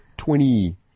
twenty